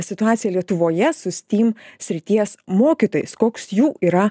situacija lietuvoje su stym srities mokytojais koks jų yra